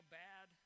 bad